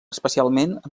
especialment